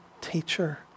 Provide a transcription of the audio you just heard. teacher